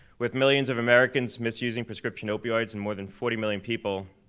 with millions of americans misusing prescription opioids and more than forty million people,